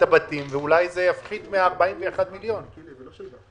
הבתים ואולי זה יפחית מה-41 מיליון שקלים.